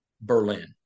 berlin